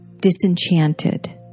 disenchanted